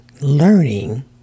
Learning